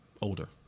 Older